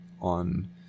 on